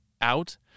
out